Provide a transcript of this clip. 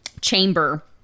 chamber